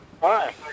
Hi